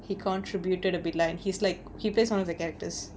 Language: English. he contributed a but lah he's like he plays one of the characters